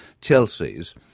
Chelsea's